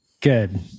Good